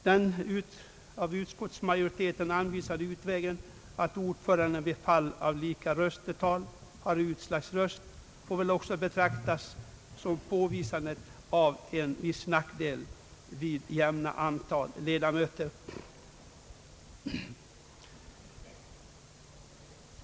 Den av utskottsmajoriteten anvisade utvägen att ordföranden i fall av lika röstetal har utslagsröst får väl också betraktas som ett uttryck för att det är en nackdel att ha ett jämnt antal ledamöter.